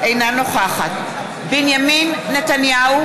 אינה נוכחת בנימין נתניהו,